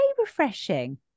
refreshing